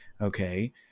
Okay